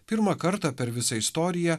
pirmą kartą per visą istoriją